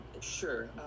Sure